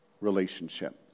relationship